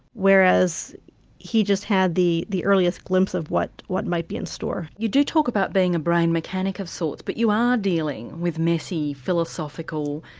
whereas he just had the the earliest glimpse of what what might be in store. you do talk about being a brain mechanic of sorts but you are dealing with messy, philosophical,